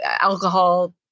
alcohol